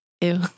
Ew